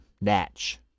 Natch